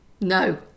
No